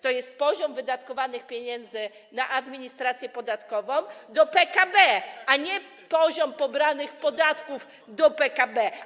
To jest stosunek poziomu wydatkowanych pieniędzy na administrację podatkową do PKB, a nie poziom pobranych podatków do PKB.